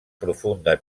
profunda